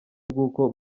rw’uko